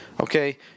Okay